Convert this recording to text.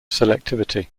selectivity